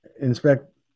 inspect